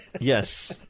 Yes